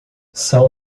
são